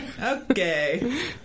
okay